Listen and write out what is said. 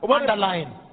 underline